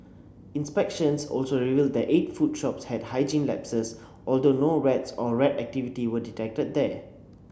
inspections also revealed that eight food shops had hygiene lapses although no rats or rat activity were detected there